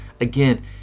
Again